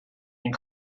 and